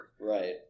Right